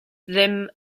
ddim